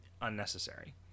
unnecessary